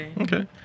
Okay